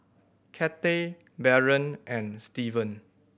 Cathey Barron and Steven